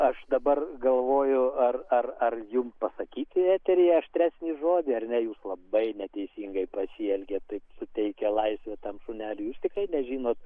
aš dabar galvoju ar ar ar jum pasakyti į eterį aštresnį žodį ar ne jūs labai neteisingai pasielgėt taip suteikę laisvę tam šuneliui jūs tikrai nežinot